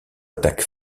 attaque